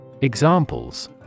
Examples